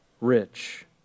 rich